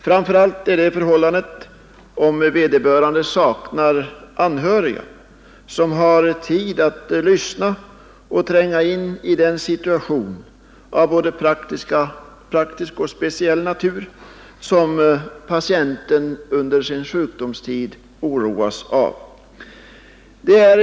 Framför allt är detta förhållandet om vederbörande saknar anhöriga som har tid att lyssna och tränga in i de svårigheter av både praktisk och speciell natur som patienten under sin sjukdomstid oroas av.